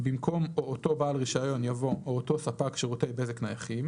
במקום "או אותו בעל רישיון" יבוא "או אותו ספק שירותי בזק נייחים"